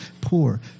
poor